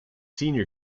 senior